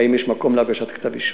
האם יש מקום להגשת כתב אישום?